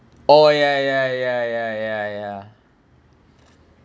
oh ya ya ya ya ya ya